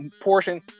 portion